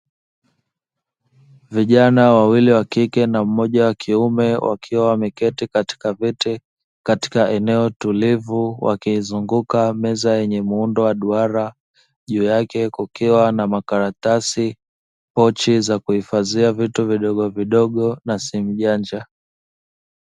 Vijana wawili wa kike na mmoja wa kiume wakiwa wameketi katika viti katika eneo tulivu wakizunguka meza yenye muundo wa duara juu yake kukiwa na makaratasi, pochi za kuhifadhia vitu vidogo vidogo na simu janja.